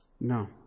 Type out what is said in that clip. No